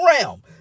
realm